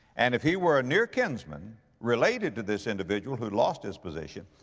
and if he were a near kinsman related to this individual who lost his position,